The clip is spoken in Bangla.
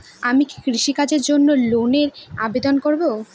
আমি কি কৃষিকাজের জন্য লোনের আবেদন করব?